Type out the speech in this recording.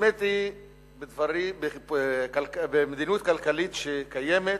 קוסמטי במדיניות כלכלית שקיימת,